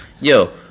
yo